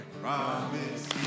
Promise